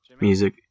music